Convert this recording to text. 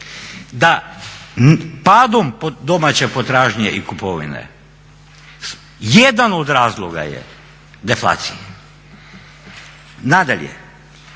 da padom domaće potražnje i kupovine jedan od razloga je deflacija. Nadalje,